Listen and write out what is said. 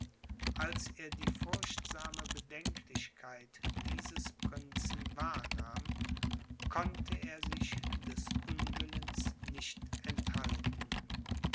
als er die furchtsame bedenklichkeit dieses prinzen wahrnahm konnte er sich des unwillens nicht enthalten